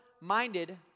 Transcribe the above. minded